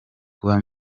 kuba